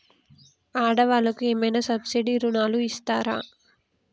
ఆడ వాళ్ళకు ఏమైనా సబ్సిడీ రుణాలు ఇస్తారా?